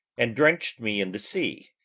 and drench'd me in the sea,